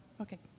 okay